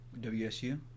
WSU